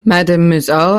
mademoiselle